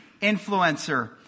influencer